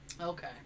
Okay